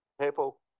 people